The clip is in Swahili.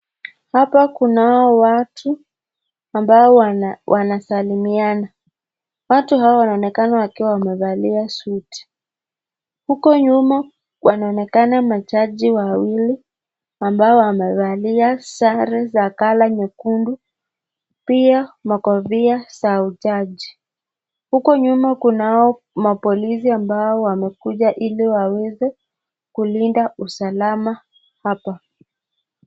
Hapa kunao watu ambao wanasalimiana. Watu hawa wanaonekana wakiwa wamevalia suit . Huko nyuma wanaonekana majaji wawili ambao wamevalia sare za color nyekundu pia makofia za judge . Huko nyuma kunao mapolisi ambao wamekuja ili waweze kulinda usalama hapa.